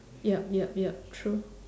yup yup yup true